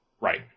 right